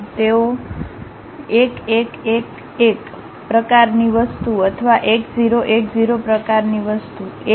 તેઓ 1 1 1 1 પ્રકારની વસ્તુ અથવા 1 0 1 0 પ્રકારની વસ્તુ 1 0